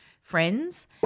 friends